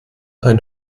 ein